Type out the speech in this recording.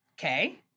Okay